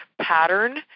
pattern